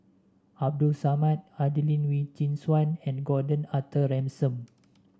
Abdul Samad Adelene Wee Chin Suan and Gordon Arthur Ransome